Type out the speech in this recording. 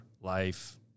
life